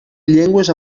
llengües